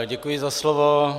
Děkuji za slovo.